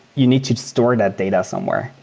you need to store that data somewhere,